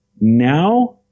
now